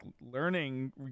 learning